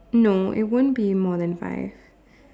no it won't be more than five